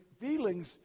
feelings